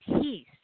peace